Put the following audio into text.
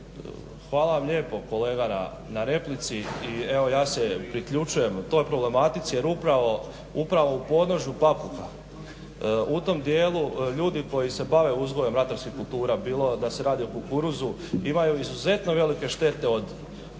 Hvala vam lijepo kolega na replici. I evo ja se priključujem toj problematici, jer upravo u podnožju Papuka u tom dijelu ljudi koji se bave uzgojem ratarskih kultura bilo da se radi o kukuruzu imaju izuzetno velike štete od divljih